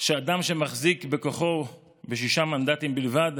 שאדם שמחזיק בכוחו בשישה מנדטים בלבד